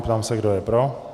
Ptám se, kdo je pro.